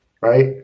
right